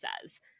says